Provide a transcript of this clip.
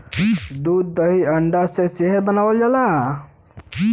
दूध दही अंडा से सेहत बनावल जाला